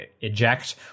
eject